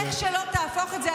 איך שלא תהפוך את זה,